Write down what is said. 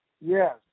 Yes